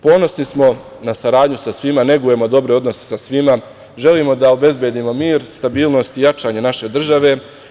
Ponosni smo na saradnju sa svima, negujemo dobre odnose sa svima, želimo da obezbedimo mir, stabilnost i jačanje naše države.